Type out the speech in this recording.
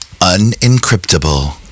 unencryptable